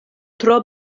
tro